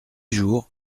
jours